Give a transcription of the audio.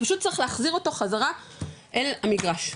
פשוט צריך להחזיר אותו חזרה אל המגרש.